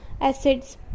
acids